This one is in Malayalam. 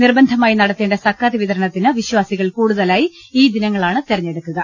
നിർബന്ധമായി നടത്തേണ്ട സക്കാത്ത് വിത രണത്തിന് വിശ്വാസികൾ കൂടുതലായി ഈ ദിനങ്ങളാണ് തെരഞ്ഞെടുക്കുക